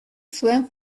zuen